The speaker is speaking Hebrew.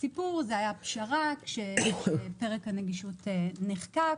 זה היה פשרה כאשר פרק הנגישות נחקק.